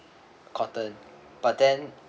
cotton but then